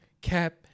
cap